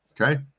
okay